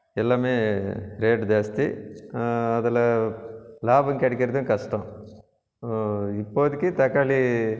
எல்லாமே ரேட்டு ஜாஸ்தி அதில் லாபம் கிடைக்கிறதும் கஷ்டம் இப்போதைக்கி தக்காளி